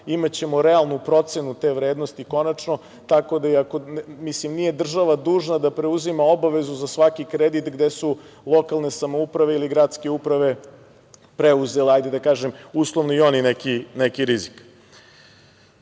Imaćemo realnu procenu te vrednosti konačno, tako da nije država dužna da preuzima obavezu za svaki kredit gde su lokalne samouprave ili gradske uprave preuzele, da tako kažem, uslovno i oni neki